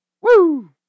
Woo